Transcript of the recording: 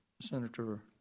Senator